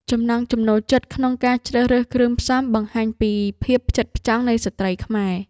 ចំណង់ចំណូលចិត្តក្នុងការជ្រើសរើសគ្រឿងផ្សំបង្ហាញពីភាពផ្ចិតផ្ចង់នៃស្ត្រីខ្មែរ។